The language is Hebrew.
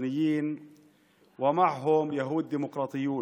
הפלסטינים והיהודים הדמוקרטים.